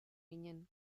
ginen